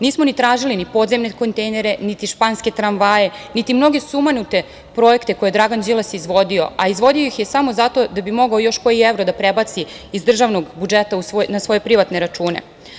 Nismo tražili ni podzemne kontejnere, niti španske tramvaje, niti mnoge sumanute projekte koje je Dragan Đilas izvodio, a izvodio ih je samo zato da bi mogao još koji evro da prebaci iz državnog budžeta na svoje privatne račune.